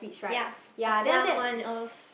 ya the plump one lor